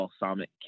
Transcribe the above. balsamic